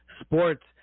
sports